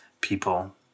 people